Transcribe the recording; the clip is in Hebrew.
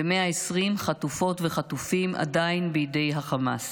ו-120 חטופות וחטופים עדיין בידי החמאס.